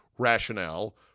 Rationale